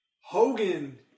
Hogan